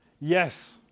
yes